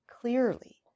Clearly